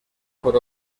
por